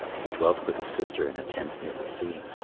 he dwelt with his sister in a tent near the sea,